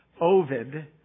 Ovid